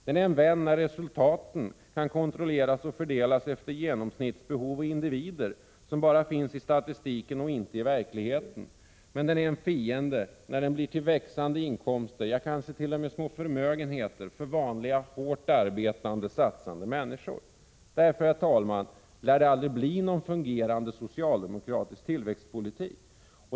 Den är en vän när resultaten kan kontrolleras och fördelas efter genomsnittsbehov och individer, som bara finns i statistiken och inte i verkligheten, men den är en fiende när den blir till växande inkomster, ja kanske t.o.m. små förmögenheter, för vanliga hårt arbetande och satsande människor. Därför, herr talman, lär det aldrig bli någon fungerande socialdemokratisk tillväxtpolitik.